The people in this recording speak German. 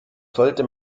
sollte